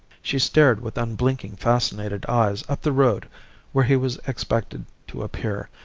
she stared with unblinking, fascinated eyes up the road where he was expected to appear,